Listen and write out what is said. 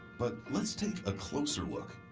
but let's take a closer look.